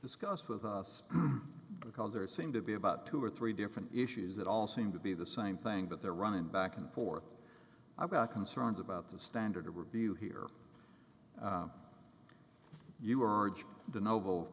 discuss with us because there seem to be about two or three different issues that all seem to be the same thing but there running back and forth about concerns about the standard of review here you are the